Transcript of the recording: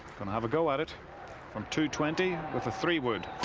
gonna have a go at it from two-twenty with a three-wood.